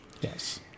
Yes